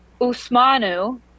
Usmanu